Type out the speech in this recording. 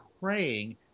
praying